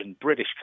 British